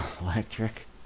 Electric